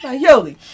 Yoli